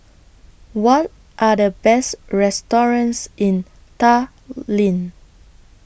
What Are The Best restaurants in Tallinn